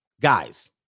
Guys